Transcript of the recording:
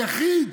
היחיד